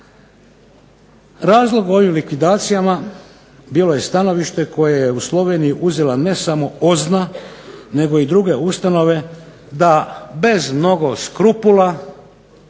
"Razlog ovim likvidacijama bilo je stanovište koje je u Sloveniji uzela ne samo OZNA nego i druge ustanove da bez mnogo skrupula